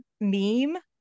meme